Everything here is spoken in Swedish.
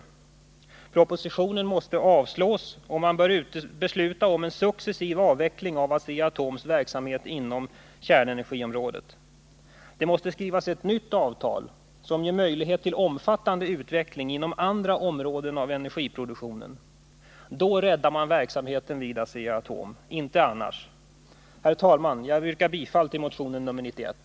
Propositionen måste avslås, och riksdagen bör besluta om en successiv avveckling av Asea-Atoms verksamhet inom kärnenergiområdet. Det måste skrivas ett nytt avtal som ger möjlighet till omfattande utveckling inom andra områden av energiproduktionen. Då räddar man verksamheten vid Asea-Atom — inte annars. Herr talman! Jag yrkar bifall till motionen nr 91.